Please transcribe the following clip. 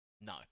no